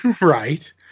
right